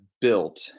built